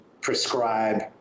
prescribe